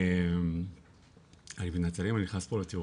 נאי מתנצל אם אני נכנס פה לתיאורים,